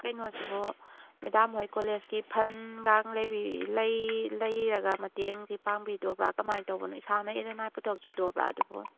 ꯀꯩꯅꯣꯁꯤꯕꯨ ꯃꯦꯗꯥꯝꯈꯣꯏꯒꯤ ꯀꯣꯂꯦꯁꯀꯤ ꯐꯟꯒ ꯂꯩꯔꯒ ꯃꯇꯦꯡꯁꯤ ꯄꯥꯡꯕꯤꯗꯣꯏꯔ ꯀꯃꯥꯏꯅ ꯇꯧꯕꯅꯣ ꯏꯁꯥꯅ ꯏꯔꯅꯥꯏ ꯄꯨꯊꯣꯛꯆꯗꯣꯏꯔ ꯑꯗꯨꯕꯨ